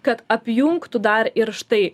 kad apjungtų dar ir štai